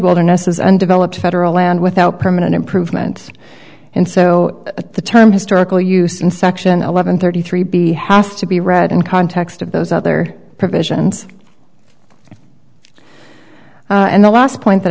wilderness is undeveloped federal land without permanent improvement and so at the time historical use in section eleven thirty three b have to be read in context of those other provisions and the last point that